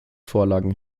vorlagen